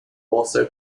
also